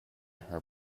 her